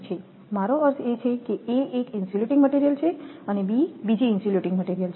મારો અર્થ એ છે કે A એક ઇન્સ્યુલેટીંગ મટિરિયલ છે અને B બીજી ઇન્સ્યુલેટીંગ મટિરિયલ છે